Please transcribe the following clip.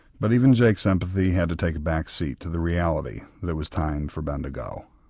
but even jake's empathy had to take a back seat to the reality that it was time for ben to go.